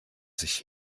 sich